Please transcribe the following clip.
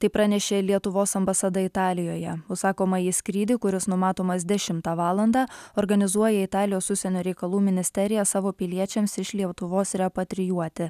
tai pranešė lietuvos ambasada italijoje užsakomąjį skrydį kuris numatomas dešimtą valandą organizuoja italijos užsienio reikalų ministerija savo piliečiams iš lietuvos repatrijuoti